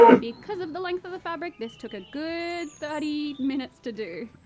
because of the length of the fabric, this took a good thirty minutes to do.